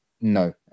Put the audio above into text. no